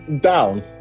Down